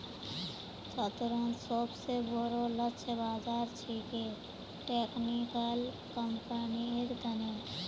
छात्रोंत सोबसे बोरो लक्ष्य बाज़ार छिके टेक्निकल कंपनिर तने